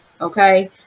okay